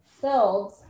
filled